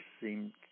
seem